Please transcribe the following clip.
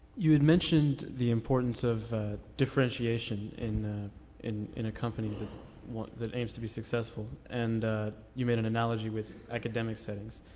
you had mentioned the importance of differentiation in in in a company that what, that aims to be successful. and you made an analogy with academic settings.